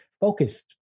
focused